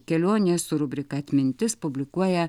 kelionės su rubrika atmintis publikuoja